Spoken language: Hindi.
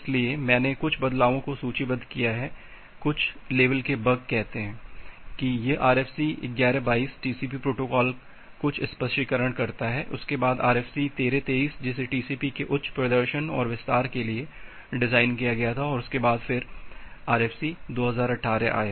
इसलिए मैंने कुछ बदलावों को सूचीबद्ध किया है कुछ लेवल के बग कहते हैं यह RFC 1122 टीसीपी प्रोटोकॉल कुछ स्पष्टीकरण करता है उसके बाद आरएफसी 1323 जिसे टीसीपी के उच्च प्रदर्शन और विस्तार के लिए डिज़ाइन किया गया था और उसके बाद फिर आरएफसी 2018 आया